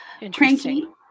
Interesting